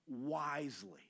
wisely